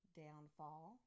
downfall